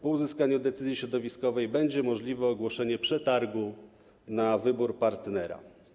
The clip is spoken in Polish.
Po uzyskaniu decyzji środowiskowej będzie możliwe ogłoszenie przetargu na wybór partnera.